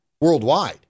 worldwide